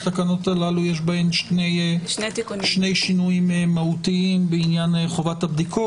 יש בהן שני שינויים מהותיים בעניין חובת הבדיקות.